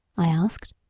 i asked.